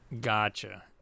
Gotcha